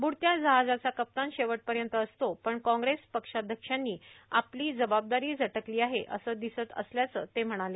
बुडत्या जहाजाचा कप्तान शेवटपर्यंत असतो पण कॉंप्रेस पक्षाध्यक्षांनी आपली जबाबदारी झटकली आहे असं दिसतं असंही ते म्हणाले